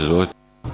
Izvolite.